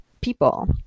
people